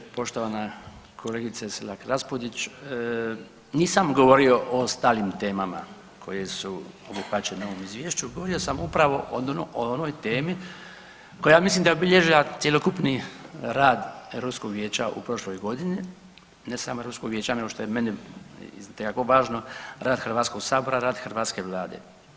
Poštovana kolegice Selak Raspudić, nisam govorio o ostalim temama koje obuhvaćene u ovom izvješću, govorio sam upravo o onoj temi koja mislim da je obilježila cjelokupni rad Europskog vijeća u prošloj godini, ne samo Europskog vijeća nego što je meni, to je jako važno, rad Hrvatskog sabora, rad hrvatske Vlade.